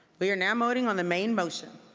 we are now voting on the main motion.